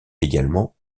également